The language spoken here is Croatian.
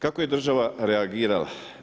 Kako je država reagirala?